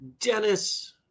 Dennis